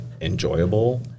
enjoyable